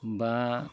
बा